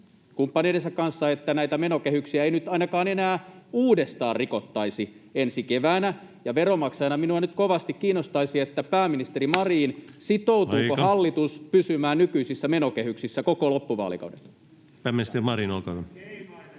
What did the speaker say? kumppaneidensa kanssa, että näitä menokehyksiä ei nyt ainakaan enää uudestaan rikottaisi ensi keväänä. Veronmaksajana minua nyt kovasti kiinnostaisi, pääministeri Marin, sitoutuuko hallitus [Puhemies: Aika!] pysymään nykyisissä menokehyksissä koko loppuvaalikauden. [Ben Zyskowicz: Vai